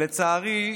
לצערי,